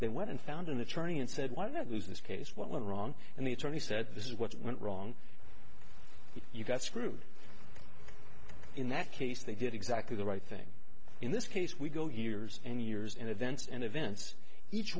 they went and found an attorney and said well that was this case what went wrong and the attorney said this is what went wrong you got screwed in that case they did exactly the right thing in this case we go years and years in events and events each